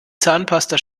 zahnpasta